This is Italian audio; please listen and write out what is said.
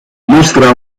mostra